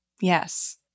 Yes